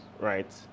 right